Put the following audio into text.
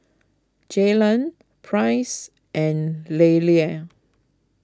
Jaylan Price and Lelia